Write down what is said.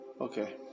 Okay